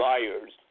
Liars